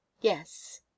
Yes